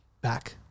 back